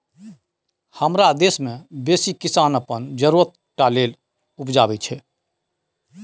हमरा देश मे बेसी किसान अपन जरुरत टा लेल उपजाबै छै